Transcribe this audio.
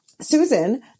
Susan